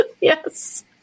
yes